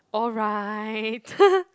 alright